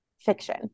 fiction